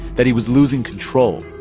that he was losing control,